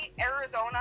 Arizona